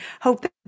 hope